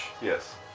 Yes